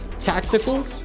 tactical